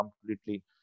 completely